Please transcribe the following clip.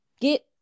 get